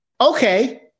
Okay